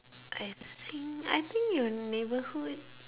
I think I think your neighbourhood